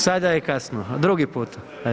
Sada je kasno, drugi put.